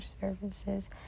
services